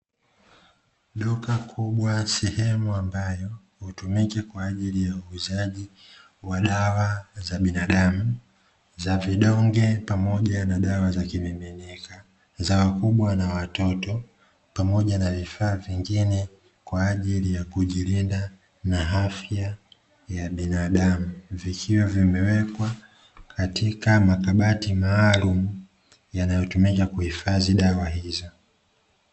Duka kubwa sehemu ambayo hutumika kwa ajili ya uuzaji wa dawa za binadamu, za vidonge pamoja na dawa za kimiminika, za wakubwa na watoto, pamoja na vifaa vingine kwa ajili ya kujilinda na afya ya binadamu. Vikiwa vimewekwa katika makabati maalum yanayotumika kuhifadhi dawa hizo.